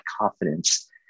confidence